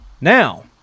Now